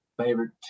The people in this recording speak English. favorite